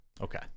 okay